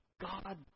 God